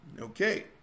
Okay